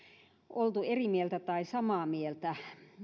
oltu eri mieltä tai samaa mieltä